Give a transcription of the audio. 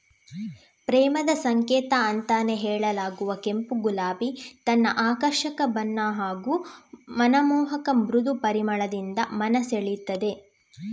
ಪ್ರೇಮದ ಸಂಕೇತ ಅಂತಾನೇ ಹೇಳಲಾಗುವ ಕೆಂಪು ಗುಲಾಬಿ ತನ್ನ ಆಕರ್ಷಕ ಬಣ್ಣ ಹಾಗೂ ಮನಮೋಹಕ ಮೃದು ಪರಿಮಳದಿಂದ ಮನ ಸೆಳೀತದೆ